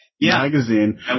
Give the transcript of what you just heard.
magazine